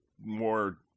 more